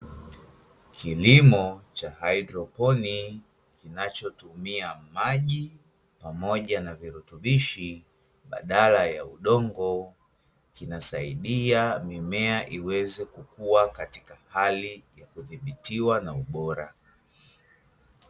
Kilimo cha haidroponiki kinachotumia maji pamoja na virutubishi, baadala ya udongo kinasaidia mimea iweze kukua katika hali ya kuthibitiwa na ubora.